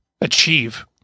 achieve